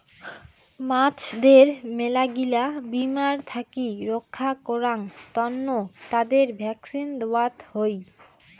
মাছদের মেলাগিলা বীমার থাকি রক্ষা করাং তন্ন তাদের ভ্যাকসিন দেওয়ত হই